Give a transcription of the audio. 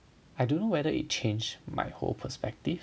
I don't know whether it changed my whole perspective